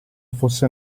fosse